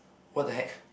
what the heck